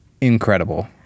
incredible